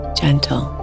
gentle